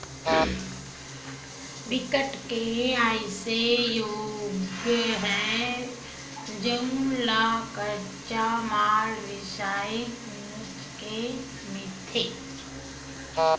बिकट के अइसे उद्योग हे जउन ल कच्चा माल किसानीच ले मिलथे